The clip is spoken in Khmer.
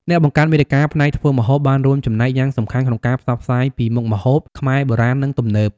អ្នកបង្កើតមាតិកាផ្នែកធ្វើម្ហូបបានរួមចំណែកយ៉ាងសំខាន់ក្នុងការផ្សព្វផ្សាយពីមុខម្ហូបខ្មែរបុរាណ និងទំនើប។